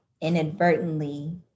inadvertently